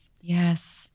yes